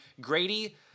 Grady